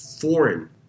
foreign